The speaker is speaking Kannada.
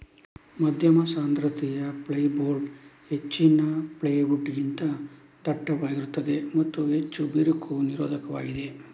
ಮಧ್ಯಮ ಸಾಂದ್ರತೆಯ ಫೈರ್ಬೋರ್ಡ್ ಹೆಚ್ಚಿನ ಪ್ಲೈವುಡ್ ಗಿಂತ ದಟ್ಟವಾಗಿರುತ್ತದೆ ಮತ್ತು ಹೆಚ್ಚು ಬಿರುಕು ನಿರೋಧಕವಾಗಿದೆ